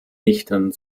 lichtern